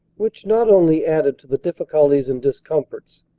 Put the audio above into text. which not only added to the difficulties and discomforts,